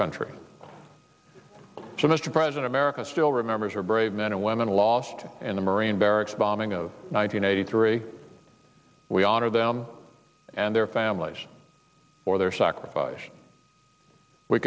country so mr president america still remembers her brave men and women lost in the marine barracks bombing of nine hundred eighty three we honor them and their families for their sacrifice we